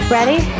Ready